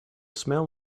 smell